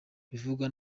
bivugwa